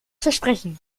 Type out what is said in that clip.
versprechen